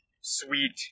sweet